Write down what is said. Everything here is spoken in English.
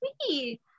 sweet